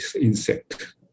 insect